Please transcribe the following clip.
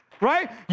right